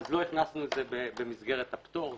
לא הכנסנו את זה במסגרת הפטור.